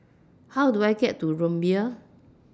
How Do I get to Rumbia